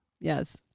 Yes